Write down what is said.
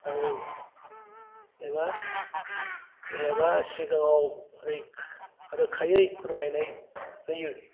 औ एबा सिगांआव रोखायै फोरमायनाय होयो